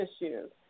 issues